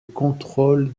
contrôle